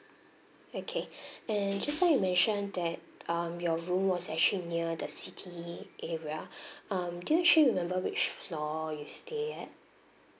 okay and just now you mentioned that um your room was actually near the city area um do you actually remember which floor you stayed at